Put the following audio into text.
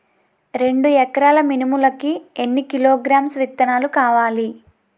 రెండు ఎకరాల మినుములు కి ఎన్ని కిలోగ్రామ్స్ విత్తనాలు కావలి?